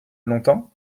longtemps